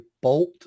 bolt